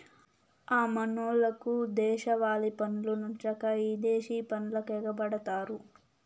హ మనోళ్లకు దేశవాలి పండ్లు నచ్చక ఇదేశి పండ్లకెగపడతారు